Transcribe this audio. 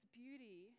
beauty